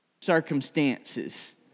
circumstances